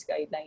guidelines